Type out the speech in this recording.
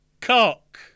Cock